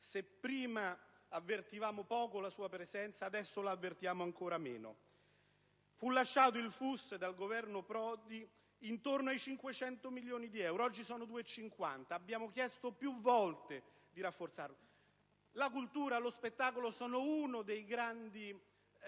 se prima avvertivamo poco la sua presenza, adesso l'avvertiamo ancora meno. Il FUS fu lasciato dal Governo Prodi con una dotazione intorno ai 500 milioni di euro e oggi sono 250. Abbiamo chiesto più volte di rafforzarlo. La cultura, lo spettacolo sono uno dei grandi